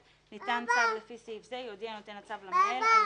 ניתן צו לפי סעיף זה יודיע נותן הצו למנהל על